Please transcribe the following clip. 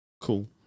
Cool